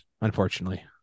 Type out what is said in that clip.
Unfortunately